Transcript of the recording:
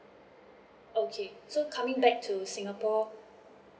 okay so coming back to singapore